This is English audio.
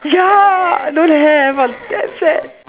ya don't have I'm that sad